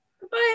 Goodbye